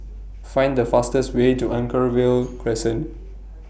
Find The fastest Way to Anchorvale Crescent